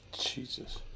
Jesus